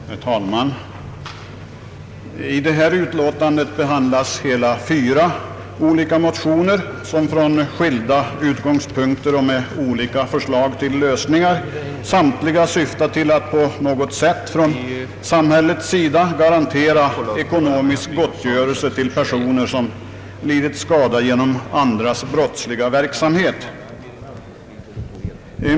Herr talman! I detta utlåtande behandlas inte mindre än fyra olika motioner som från skilda utgångspunkter och med olika förslag till lösningar syftar till att från samhällets sida garantera ekonomisk gottgörelse till personer vilka lidit skada genom andra människors brottsliga verksamhet.